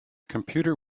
computer